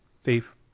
Thief